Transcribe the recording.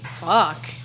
Fuck